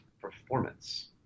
performance